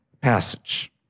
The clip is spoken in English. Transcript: passage